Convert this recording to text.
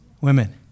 Women